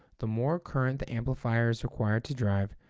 the more current the amplifier is required to drive,